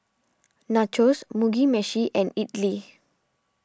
Nachos Mugi Meshi and Idili